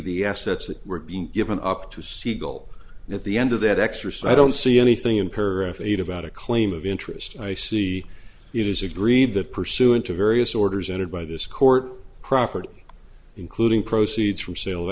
the assets that were being given up to siegel at the end of that exercise i don't see anything in paragraph eight about a claim of interest i see it is agreed that pursuant to various orders entered by this court property including proceeds from sale